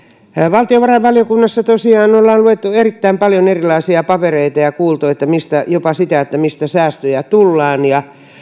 valtiovarainvaliokunnassa tosiaan ollaan luettu erittäin paljon erilaisia papereita ja kuultu jopa siitä mistä säästöjä tulee